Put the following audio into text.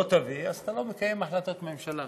לא תביא, אתה לא מקיים החלטת ממשלה.